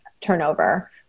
turnover